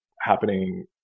happening